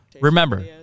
Remember